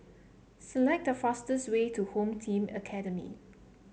select the fastest way to Home Team Academy